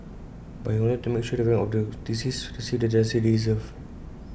but he wanted to make sure the family of the deceased received the justice they deserved